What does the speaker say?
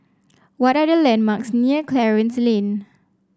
what are the landmarks near Clarence Lane